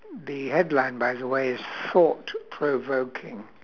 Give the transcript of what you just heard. the headline by the way is thought provoking